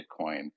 Bitcoin